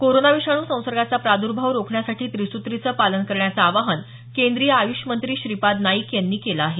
corona विषाणू संसर्गाचा प्रादुर्भाव रोखण्यासाठी त्रिसूत्रीचं पालन करण्याचं आवाहन केंद्रीय आय्ष मंत्री श्रीपाद नाईक यांनी केलं आहे